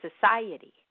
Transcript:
society